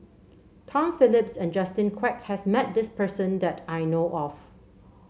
Tom Phillips and Justin Quek has met this person that I know of